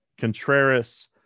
Contreras